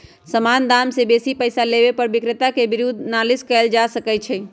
समान के दाम से बेशी पइसा लेबे पर विक्रेता के विरुद्ध नालिश कएल जा सकइ छइ